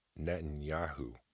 Netanyahu